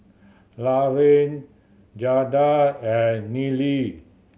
Laraine Jayda and Neely